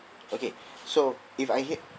okay so if I had